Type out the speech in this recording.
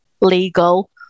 legal